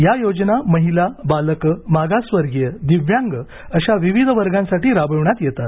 या योजना महिला बालकं मागासवर्गीय दिव्यांग अशा विविध वर्गांसाठी राबविण्यात येतात